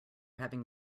having